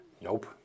Nope